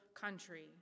country